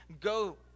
go